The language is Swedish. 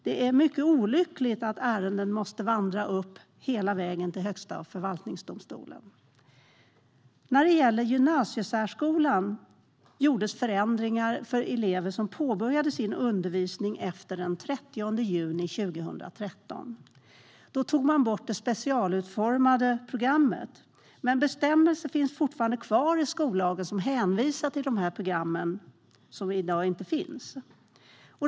Det är mycket olyckligt att ärenden måste vandra hela vägen upp till Högsta förvaltningsdomstolen. När det gäller gymnasiesärskolan gjordes förändringar för elever som påbörjade sin undervisning efter den 30 juni 2013, då man tog bort det specialutformade programmet. En bestämmelse finns fortfarande kvar i skollagen som hänvisar till de program som i dag inte finns.